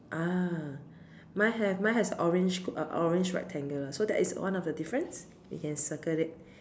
ah mine have mine has orange uh orange rectangular so that is one of the difference we can circle it